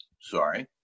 Sorry